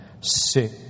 sick